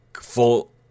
full